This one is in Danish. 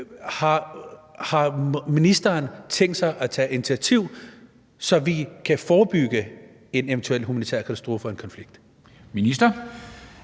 Har ministeren tænkt sig at tage initiativ, så vi kan forebygge en eventuel humanitær katastrofe og en konflikt?